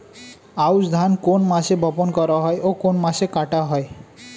আউস ধান কোন মাসে বপন করা হয় ও কোন মাসে কাটা হয়?